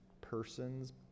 person's